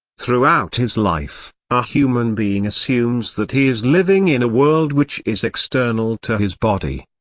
throughout his life, a human being assumes that he is living in a world which is external to his body.